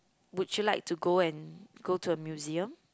would you like to go and go to a museum